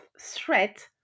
threat